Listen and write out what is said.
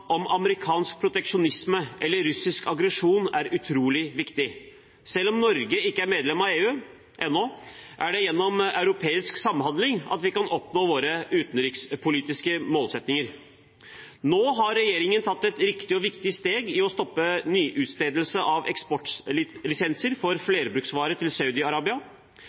om amerikansk proteksjonisme eller om russisk aggresjon, er utrolig viktig. Selv om Norge ikke er medlem av EU – ennå – er det gjennom europeisk samhandling vi kan oppnå våre utenrikspolitiske målsettinger. Nå har regjeringen tatt et riktig og viktig steg i å stoppe nyutstedelse av eksportlisenser for flerbruksvarer til